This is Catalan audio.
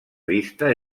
vista